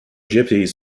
gypsies